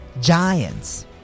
giants